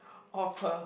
of her